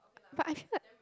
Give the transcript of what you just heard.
but I feel like